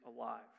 alive